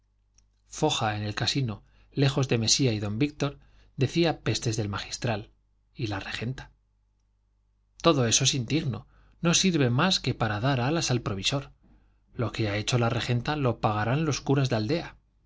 foja en el casino lejos de mesía y don víctor decía pestes del magistral y la regenta todo eso es indigno no sirve más que para dar alas al provisor lo que ha hecho la regenta lo pagarán los curas de aldea